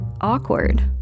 awkward